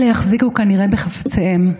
אלה יחזיקו כנראה בחפציהם,